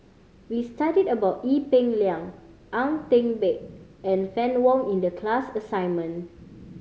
we studied about Ee Peng Liang Ang Teck Bee and Fann Wong in the class assignment